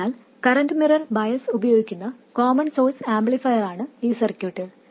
അതിനാൽ current mirror bias ഉപയോഗിക്കുന്ന common source ആംപ്ലിഫയറാണ് ഈ സർക്യൂട്ട്